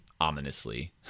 ominously